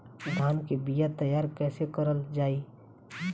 धान के बीया तैयार कैसे करल जाई?